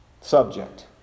subject